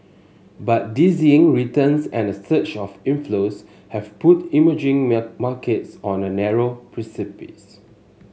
but dizzying returns and a surge of inflows have put emerging markets on a narrow precipice